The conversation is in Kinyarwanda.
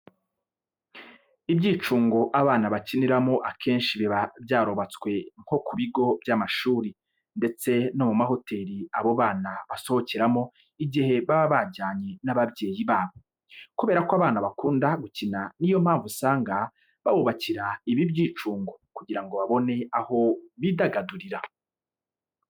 Ibyicungo abana bakiniramo akenshi biba byarubatswe nko ku bigo by'amashuri ndetse no mu mahoteli abo bana basohokeramo igihe baba bajyanye n'ababyeyi babo. Kubera ko abana bakunda gukina niyo mpamvu usanga babubakira ibi byicungo kugira ngo babone aho bidagadurira.